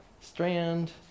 strand